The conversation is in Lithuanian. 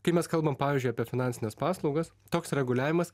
kai mes kalbam pavyzdžiui apie finansines paslaugas toks reguliavimas